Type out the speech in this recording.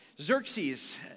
Xerxes